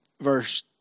verse